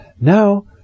Now